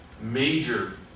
major